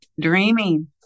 dreaming